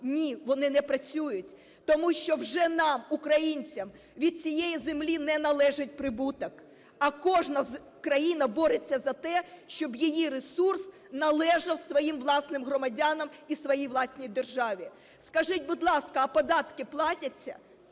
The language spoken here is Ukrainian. Ні, вони не працюють, тому що вже нам, українцям, від цієї землі не належить прибуток, а кожна з країн бореться за те, щоб її ресурс належав своїм власним громадянам і своїй власній державі. Скажіть, будь ласка, а податки платяться?